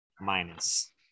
minus